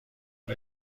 این